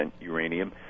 uranium